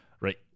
right